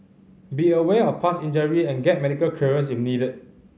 be aware of past injury and get medical clearance if needed